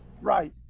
Right